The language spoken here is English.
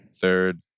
third